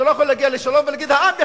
אתה לא יכול להגיע לשלום ולהגיד: העם יחליט.